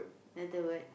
another word